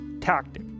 tactic